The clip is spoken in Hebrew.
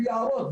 יערות,